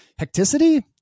hecticity